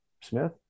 Smith